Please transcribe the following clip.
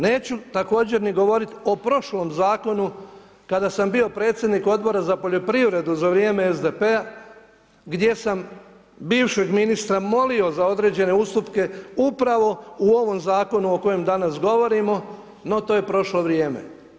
Neću također ni govorit o prošlom zakonu kada sam bio predsjednik Odbora za poljoprivredu za vrijeme SDP-a gdje sam bivšeg ministra molio za određene ustupke upravo u ovom zakonu o kojem danas govorimo, no to je prošlo vrijeme.